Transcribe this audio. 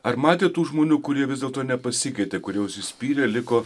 ar matėt tų žmonių kurie vis dėlto nepasikeitė kurie užsispyrę liko